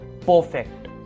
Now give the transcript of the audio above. perfect